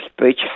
speech